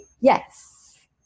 yes